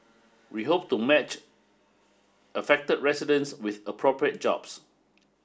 we hope to match affected residents with appropriate jobs